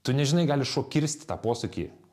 tu nežinai gali šuo kirsti tą posūkį